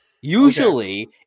Usually